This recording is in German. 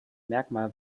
merkmal